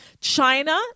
China